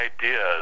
ideas